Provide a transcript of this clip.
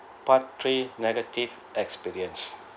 part three negative experience